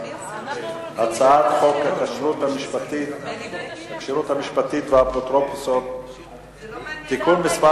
הצעת חוק הכשרות המשפטית והאפוטרופסות (תיקון מס'